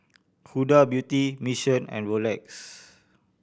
Huda Beauty Mission and Rolex